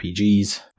RPGs